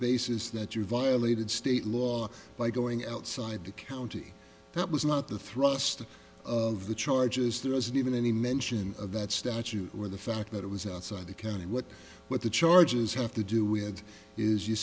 basis that you violated state law by going outside the county that was not the thrust of the charges there isn't even any mention of that statute where the fact that it was outside the county what what the charges have to do with is you